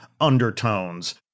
undertones